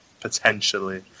potentially